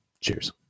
Cheers